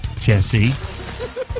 Jesse